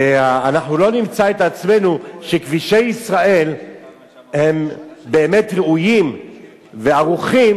ואנחנו לא נמצא את עצמנו שכבישי ישראל הם באמת ראויים וערוכים